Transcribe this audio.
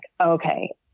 okay